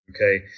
Okay